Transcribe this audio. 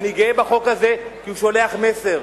ואני גאה בחוק הזה כי הוא שולח מסר,